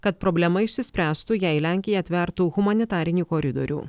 kad problema išsispręstų jei lenkija atvertų humanitarinį koridorių